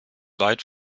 weit